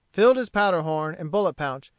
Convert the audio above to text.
filled his powder-horn and bullet-pouch,